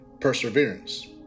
perseverance